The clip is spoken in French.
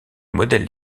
modèles